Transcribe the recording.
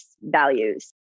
values